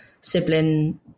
sibling